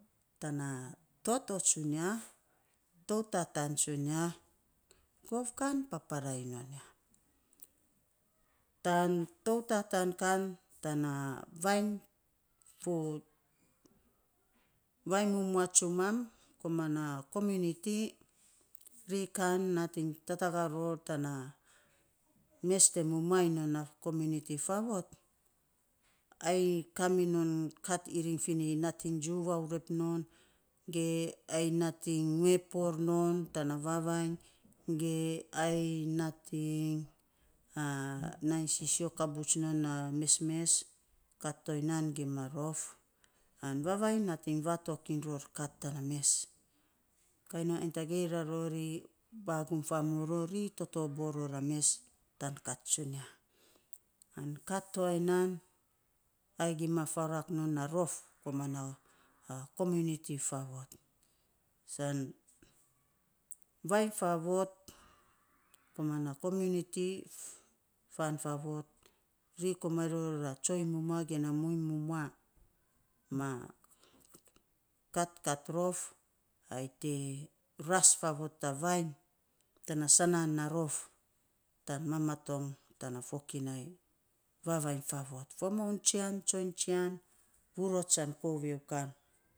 Tana toto tsunia, tou ta taan tsunia. Gov kan paparaa iny non ya, tan tou tataan kan tana vainy fo vainy mumua tsumam koman na kominiti, ri kan nating tatagaa ror tana mes te mumua iny non a kominiti faavot, ayei kaminon kan iring finei nating jiu vaurep non ge ai nating ngue poor non tana vavainy ge ayei nating nai sisio kabut non tana mesmes kat toyan gima rof, an vavainy nating vatok iny ror kat tana mes. Kainon ainy tagei rarori gum famo ror. Ri totoboo ror a mes, tan kat tsunia. An kat toya nan, ai gima faruak non a rof, koman a kominiti faavot, san vainy faavot, koman na kominiti fan faavot, ri komainy ror a tsoiny mumua ge na muiny mumua ma kat kat rof, ai te mas faavot a vainy, tanaa sanaan a rof tanmamatong tana fokinai. Vavainy faavot, fo moun tsian, tsoiny tsian, vurots an kovio kan.